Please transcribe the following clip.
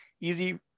easy